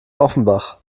offenbach